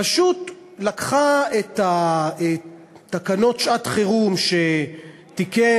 פשוט לקחה את תקנות שעת-חירום שתיקן